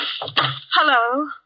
Hello